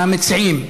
המציעים,